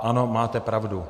Ano, máte pravdu.